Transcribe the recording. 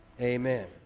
Amen